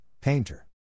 Painter